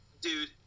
Dude